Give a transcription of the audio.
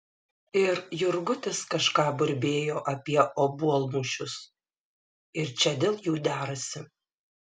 ir jurgutis kažką burbėjo apie obuolmušius ir čia dėl jų derasi